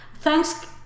Thanks